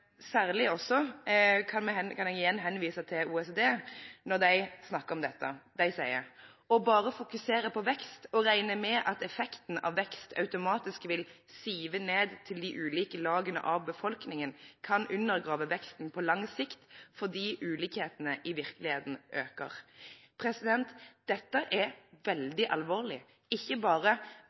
kan igjen henvise til OECD, når de snakker om dette. De sier: «Å bare fokusere på vekst og regne med at effekten av vekst automatisk vil «sive ned» til de ulike lagene av befolkningen, kan undergrave veksten på lang sikt, fordi ulikhetene i virkeligheten øker». Dette er veldig alvorlig, ikke bare